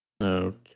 Okay